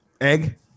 Egg